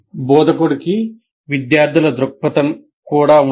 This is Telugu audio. బోధకుడికి విద్యార్థుల దృక్పథం కూడా ఉండాలి